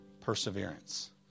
Perseverance